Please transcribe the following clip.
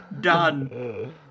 Done